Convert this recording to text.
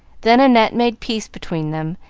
then annette made peace between them,